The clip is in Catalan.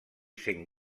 sent